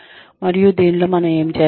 మరియు దీనిలో మనం ఏమి చేస్తాము